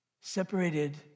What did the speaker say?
separated